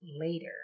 later